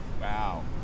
Wow